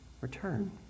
return